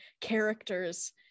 characters